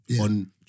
on